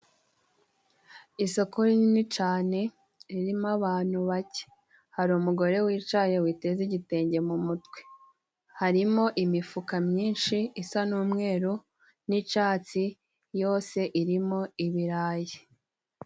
Isoko rinini cane ririmo abantu bake, hari umugore wicaye witeze igitenge mu mutwe, harimo imifuka myinshi isa n'umweru n'icatsi yose irimo ibirayi.